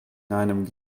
einem